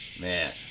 Man